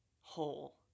whole